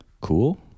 cool